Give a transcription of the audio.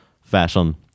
fashion